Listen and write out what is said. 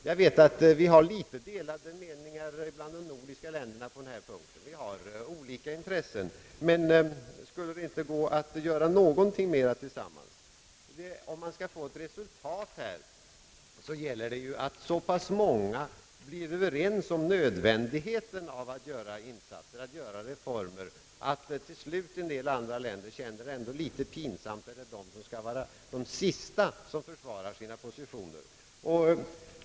Jag vet att det råder delade meningar bland de nordiska länderna på denna punkt. Vi har olika intressen. Men skulle det inte gå att göra någonting mera tillsammans? Om man kan få ett resultat här gäller det ju att så pass många blir överens om nödvändigheten att göra insatser och reformer, att till slut en del andra länder känner det litet pinsamt att de skall vara de sista som försvarar sina positioner.